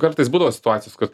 kartais būdavo situacijos kad